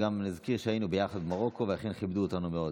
נזכיר שהיינו ביחד במרוקו, ואכן כיבדו אותנו מאוד.